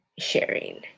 sharing